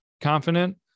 confident